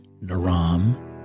Naram